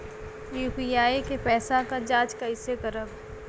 UPI के पैसा क जांच कइसे करब?